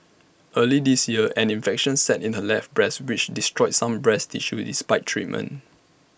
early this year an infection set in her left breast which destroyed some breast tissue despite treatment